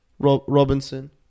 Robinson